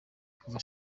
kuva